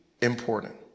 important